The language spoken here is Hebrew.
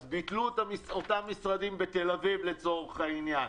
אז ביטלו את אותם משרדים בתל אביב לצורך העניין.